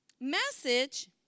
message